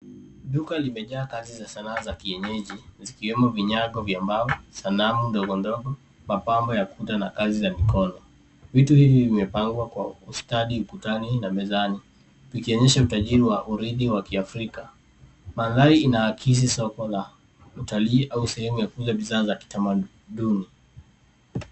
Duka limejaa kazi za sanaa za kienyeji zikiwemo vinyago vya mbao, sanamu ndogo ndogo, mapambo ya kuta na kazi za mikono. Vitu hivi vimepangwa kwa ustadi ukutani na mezani, vikionyesha utajitri wa uridhi wa Kiafrika. Mandhari inaakisi soko la utalii au sehemu ya kuuza bidhaa za kitamaduni.